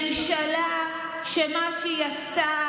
ממשלה שמה שהיא עשתה,